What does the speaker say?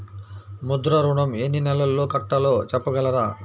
ముద్ర ఋణం ఎన్ని నెలల్లో కట్టలో చెప్పగలరా?